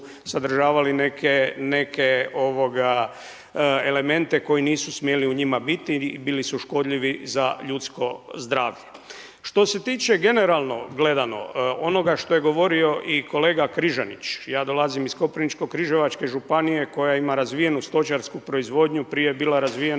neke elemente koji nisu smjeli u njima biti i bili su škodljivi za ljudsko zdravlje. Što se tiče generalno gledano onoga što je govorio i kolega Križanić. Ja dolazimo iz Koprivničko-križevačke županije koja ima razvijenu stočarsku proizvodnju, prije je bila razvijena